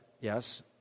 yes